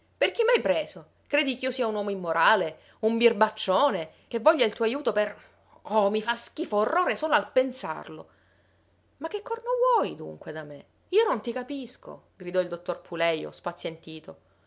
per chi m'hai preso credi ch'io sia un uomo immorale un birbaccione che voglia il tuo ajuto per oh mi fa schifo orrore solo a pensarlo ma che corno vuoi dunque da me io non ti capisco gridò il dottor pulejo spazientito